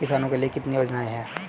किसानों के लिए कितनी योजनाएं हैं?